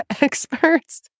Experts